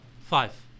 Five